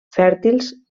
fèrtils